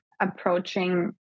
Approaching